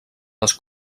les